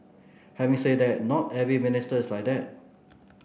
having said that not every minister is like that